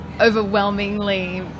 overwhelmingly